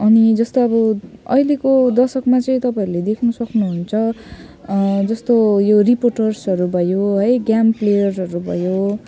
अनि जस्तो अब अहिलेको दशकमा चाहिँ तपाईँहरूले देख्न सक्नु हुन्छ जस्तो यो रिपोर्टर्सहरू भयो है गेम प्लेयर्सहरू भयो